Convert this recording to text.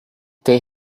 they